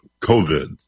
COVID